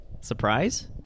Surprise